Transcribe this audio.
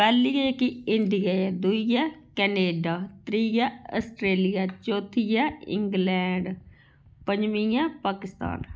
पैह्ली ऐ जेह्की इंडिया ई ऐ कनाडा त्री ऐ आस्ट्रेलिया चौथी ऐ इंग्लैंड पंजमी ऐ पाकिस्तान